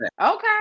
Okay